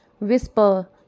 Whisper